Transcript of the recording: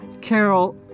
Carol